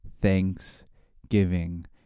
Thanksgiving